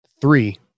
Three